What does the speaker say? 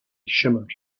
shimmered